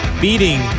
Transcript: beating